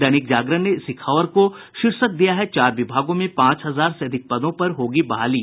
दैनिक जागरण ने इसी खबर को शीर्षक दिया है चार विभागों में पांच हजार से अधिक पदों पर होगी बहाली